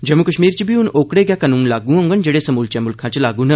जम्मू कश्मीर च बी हून ओकड़े गै कानून लागू होडन जेहड़े समूलचे मुल्ख च लागू न